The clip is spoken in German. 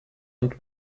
und